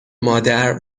مادر